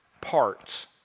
parts